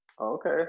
Okay